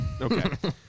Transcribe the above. okay